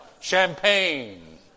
champagne